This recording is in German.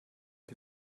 ihr